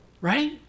right